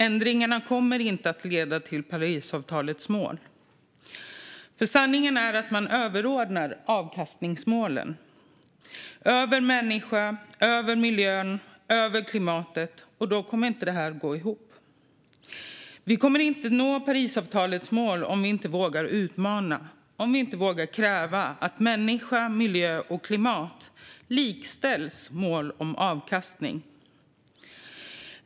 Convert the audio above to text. Ändringarna kommer inte att leda till Parisavtalets mål, för sanningen är att man överordnar avkastningsmålen över människan, över miljön och över klimatet. Det kommer inte att gå ihop. Vi kommer inte att nå Parisavtalets mål om vi inte vågar utmana, om vi inte vågar kräva att människa, miljö och klimat likställs med mål om avkastning.